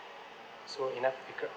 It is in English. so enough with Grab